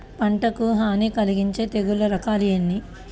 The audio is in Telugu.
పంటకు హాని కలిగించే తెగుళ్ళ రకాలు ఎన్ని?